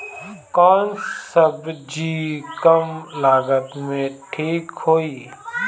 कौन सबजी कम लागत मे ठिक होई?